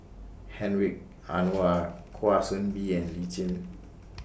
Hedwig Anuar Kwa Soon Bee and Lee Tjin